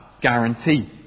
guarantee